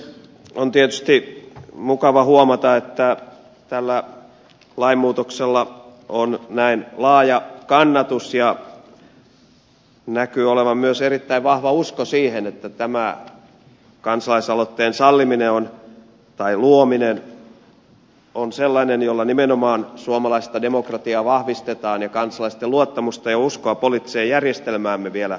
on tietysti mukava huomata että tällä lainmuutoksella on näin laaja kannatus ja näkyy olevan myös erittäin vahva usko siihen että tämä kansalaisaloitteen salliminen tai luominen on sellainen asia jolla nimenomaan suomalaista demokratiaa vahvistetaan ja kansalaisten luottamusta ja uskoa poliittiseen järjestelmäämme vielä vahvistetaan